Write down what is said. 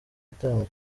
gitaramo